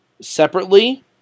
separately